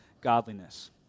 godliness